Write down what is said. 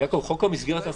בחוק המסגרת.